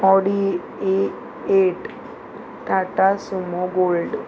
Audi A eight Tata Sumo gold